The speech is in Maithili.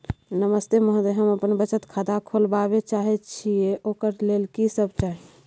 नमस्ते महोदय, हम बचत खाता खोलवाबै चाहे छिये, ओकर लेल की सब चाही?